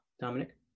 Dominic